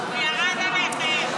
הוא ירד עליכם.